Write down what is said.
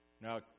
Now